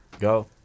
Go